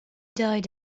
died